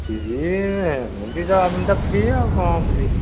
ସିଏ ଏମିତି ତ ଏମିତି ତ ଫ୍ରି ଆଉ କ'ଣ ଫ୍ରି